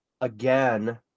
again